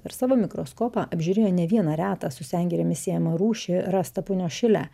per savo mikroskopą apžiūrėjo ne vieną retą su sengirėmis siejama rūšį rastą punios šile